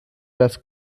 das